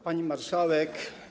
Pani Marszałek!